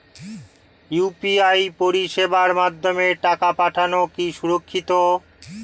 UPI পরিষেবার মাধ্যমে টাকা পাঠানো কি সুরক্ষিত?